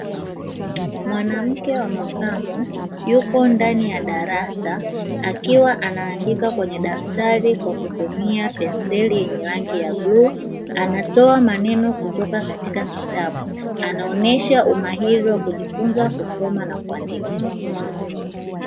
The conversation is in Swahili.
Mwanamke wa makamo yuko ndani ya darasa, akiwa anaandika kwenye daftari kwa kutumia penseli yenye rangi ya bluu. Anatoa maneno kutoka kwenye kitabu, anaonesha umahiri wa kujifunza kusoma na kuandika.